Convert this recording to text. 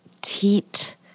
teat